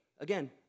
again